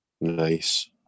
Nice